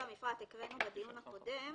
הקראנו בדיון הקודם,